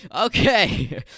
Okay